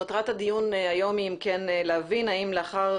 מטרת הדיון היום היא על מנת להבין האם לאחר